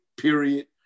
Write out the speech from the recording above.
period